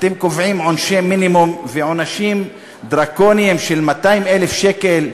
אתם קובעים עונשי מינימום ועונשים דרקוניים של 200,000 שקל,